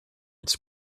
its